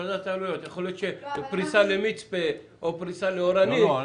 מכלל ההכנסות, לא מהרווחים.